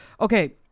Okay